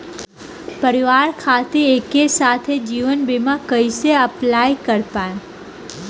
परिवार खातिर एके साथे जीवन बीमा कैसे अप्लाई कर पाएम?